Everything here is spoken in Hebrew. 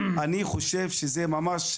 אני חושב שזה ממש,